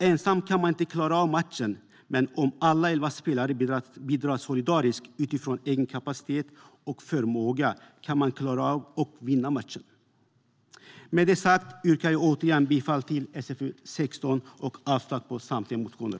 Ensam kan man inte klara av matchen, men om alla elva spelare bidrar solidariskt utifrån egen kapacitet och förmåga kan man klara av och vinna matchen. Med det sagt yrkar jag bifall till förslaget i SfU16 och avslag på samtliga motioner.